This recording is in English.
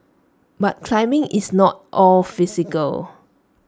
but climbing is not all physical